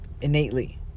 innately